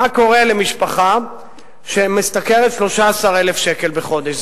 מה קורה למשפחה שמשתכרת 13,000 שקל בחודש.